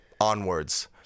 onwards